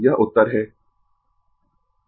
यह उत्तर है